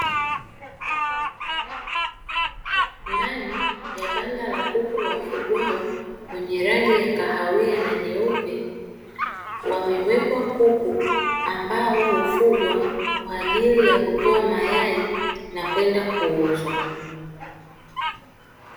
Ndani ya banda la kuku wafugwao wenye rangi ya kahawia na nyeupe ;wamewekwa kuku ambao hufugwa kwa ajili ya kutoa mayai na kwenda kuuzwa.